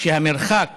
כשהמרחק